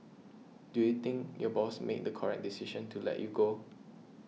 do you think your boss made the correct decision to let you go